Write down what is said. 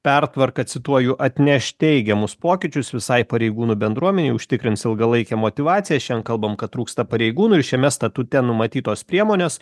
pertvarka cituoju atneš teigiamus pokyčius visai pareigūnų bendruomenei užtikrins ilgalaikę motyvaciją šiandien kalbam kad trūksta pareigūnų ir šiame statute numatytos priemonės